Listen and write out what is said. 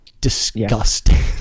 disgusting